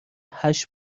هشت